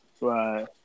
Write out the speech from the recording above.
Right